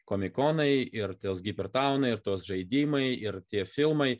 komikonai ir tie hipertaunai ir tos žaidimai ir tie filmai